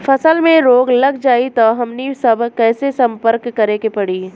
फसल में रोग लग जाई त हमनी सब कैसे संपर्क करें के पड़ी?